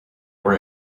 worry